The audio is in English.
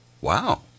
Wow